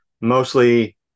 mostly